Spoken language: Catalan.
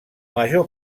major